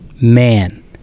man